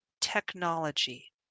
technology